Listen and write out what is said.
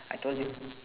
I told you